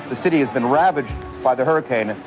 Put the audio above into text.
the city has been ravaged by the hurricane, and